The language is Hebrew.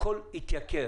הכול התייקר